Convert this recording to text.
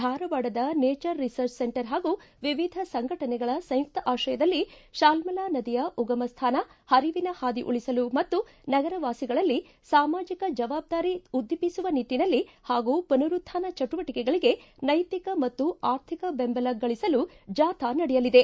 ಧಾರವಾಡದ nature research centre ಹಾಗೂ ವಿವಿಧ ಸಂಘಟನೆಗಳ ಸಂಯುಕ್ತ ಆಶ್ರಯದಲ್ಲಿ ತಾಲ್ಮಲಾ ನದಿಯ ಉಗಮ ಸ್ಥಾನ ಹರಿವಿನ ಹಾದಿ ಉಳಿಸಲು ಮತ್ತು ನಗರ ವಾಸಿಗಳಲ್ಲಿ ಸಾಮಾಜಿಕ ಜವಾಬ್ದಾರಿ ಉದ್ದೀಪಿಸುವ ನಿಟ್ಟನಲ್ಲಿ ಹಾಗೂ ಪುನರುತ್ಥಾನ ಚಿಟುವಟಕೆಗಳಿಗೆ ನೈತಿಕ ಮತ್ತು ಆರ್ಥಿಕ ದೆಂಬಲ ಗಳಿಸಲು ಜಾಥಾ ನಡೆಯಲಿದೆ